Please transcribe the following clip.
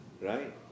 right